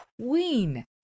Queen